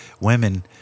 women